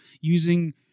using